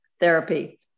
therapy